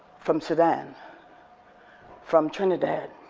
from sudan from trinidad,